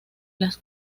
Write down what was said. las